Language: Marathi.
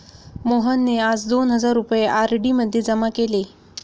मोहनने आज दोन हजार रुपये आर.डी मध्ये जमा केले